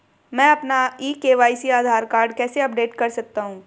मैं अपना e KYC Aadhaar card कैसे अपडेट कर सकता हूँ?